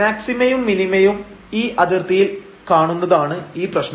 മാക്സിമയും മിനിമയും ഈ അതിർത്തിയിൽ കാണുന്നതാണ് ഈപ്രശ്നം